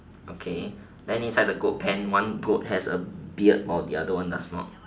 okay then inside the goat pen one goat has a beard while the other one does not